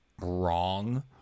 wrong